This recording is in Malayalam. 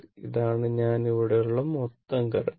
ഇതാണ് ഞാൻ ഇവിടെയുള്ള മൊത്തം കറന്റ്